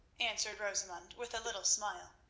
answered rosamund, with a little smile.